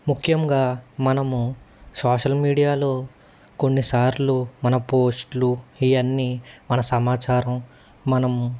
ముఖ్యంగా మనము సోషల్ మీడియాలో కొన్నిసార్లు మన పోస్ట్లు ఇవన్నీ మన సమాచారం మనము